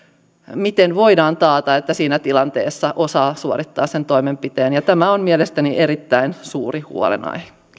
miten voidaan taata että siinä tilanteessa osaa suorittaa sen toimenpiteen tämä on mielestäni erittäin suuri huolenaihe